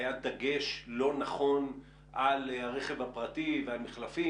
היה דגש לא נכון על הרכב הפרטי ועל מחלפים